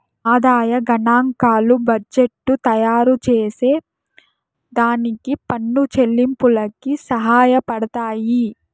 ఆదాయ గనాంకాలు బడ్జెట్టు తయారుచేసే దానికి పన్ను చెల్లింపులకి సహాయపడతయ్యి